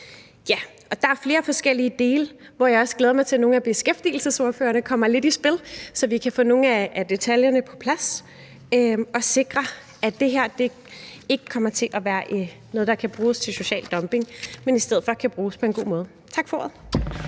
Der er flere forskellige dele i det, hvor jeg glæder mig til at nogle af beskæftigelsesordførerne kommer lidt mere i spil, så vi kan få nogle af detaljerne på plads og sikre, at det her ikke kommer til at være noget, der kan bruges til social dumping, men i stedet for kan bruges på en god måde. Tak for ordet.